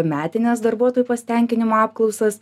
metines darbuotojų pasitenkinimo apklausas